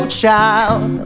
child